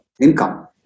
income